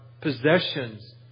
possessions